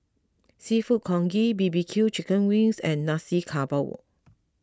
Seafood Congee B B Q Chicken Wings and Nasi Campur